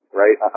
right